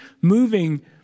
moving